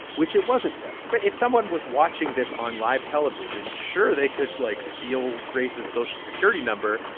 which it wasn't yet right. if someone was watching this on live television, sure, they could, like, steal grace's social security number.